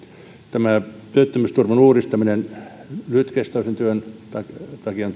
tämä työttömyysturvan uudistaminen lyhytkestoisen työn takia on